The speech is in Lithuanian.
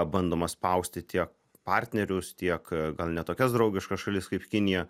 bandoma spausti tiek partnerius tiek gal ne tokias draugiškas šalis kaip kinija